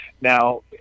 Now